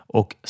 och